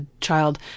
child